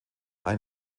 ein